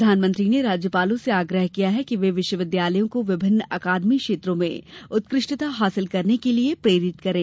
प्रधानमंत्री ने राज्यपालों से आग्रह किया कि वे विश्वविद्यालयों को विभिन्न अकादमी क्षेत्रों में उत्कृष्टता हासिल करने के लिए प्रेरित करें